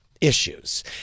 issues